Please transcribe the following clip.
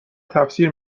تفسیر